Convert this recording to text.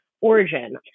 origin